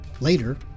Later